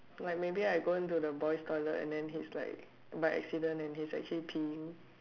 like maybe I go into the boys toilet and he's like by accident and he's like actually pee